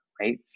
right